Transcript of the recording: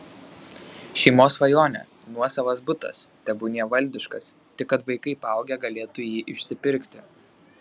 šeimos svajonė nuosavas butas tebūnie valdiškas tik kad vaikai paaugę galėtų jį išsipirkti